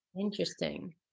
Interesting